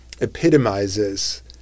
epitomizes